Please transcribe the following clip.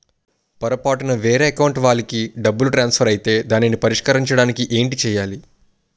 పొరపాటున వేరే అకౌంట్ వాలికి డబ్బు ట్రాన్సఫర్ ఐతే దానిని పరిష్కరించడానికి ఏంటి చేయాలి?